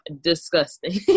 disgusting